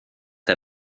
der